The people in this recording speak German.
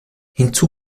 hinzu